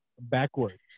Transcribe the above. backwards